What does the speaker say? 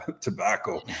tobacco